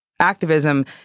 activism